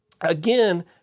again